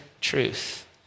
truth